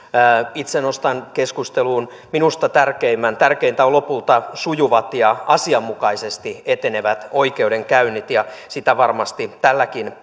itse nostan keskusteluun minusta tärkeimmän tärkeintä on lopulta sujuvat ja asianmukaisesti etenevät oikeudenkäynnit ja sitä varmasti tälläkin